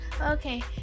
Okay